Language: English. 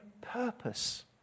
purpose